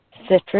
citrus